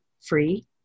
free